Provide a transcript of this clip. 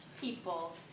people